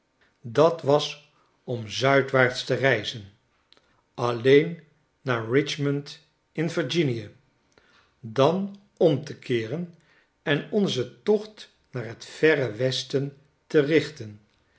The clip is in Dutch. dat was om zuidwaarts tereizen alleennaar richmond in virginie dan om te keeren en onzen tocht naar t verre westen terichten